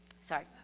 Sorry